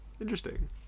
interesting